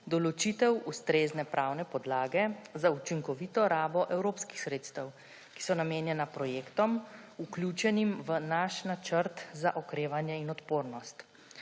določitev ustrezne pravne podlage za učinkovito rabo evropskih sredstev, ki so namenjena projektom, vključenim v naš Načrt za okrevanje in odpornost.